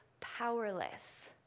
powerless